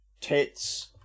tits